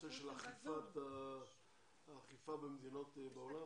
בנושא של האכיפה במדינות העולם?